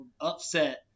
upset